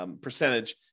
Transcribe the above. percentage